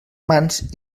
mans